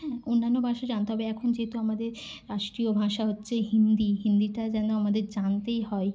হ্যাঁ অন্যান্য ভাষা জানতে হবে এখন যেহেতু আমাদের রাষ্ট্রীয় ভাষা হচ্ছে হিন্দি হিন্দিটা যেন আমাদের জানতেই হয়